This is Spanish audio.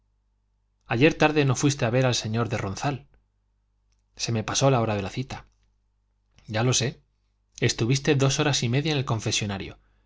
ayer tarde no fuiste a ver al señor de ronzal se me pasó la hora de la cita ya lo sé estuviste dos horas y media en el confesonario